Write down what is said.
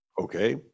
okay